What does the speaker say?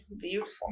Beautiful